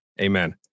Amen